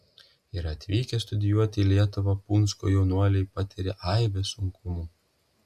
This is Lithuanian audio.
ir atvykę studijuoti į lietuvą punsko jaunuoliai patiria aibes sunkumų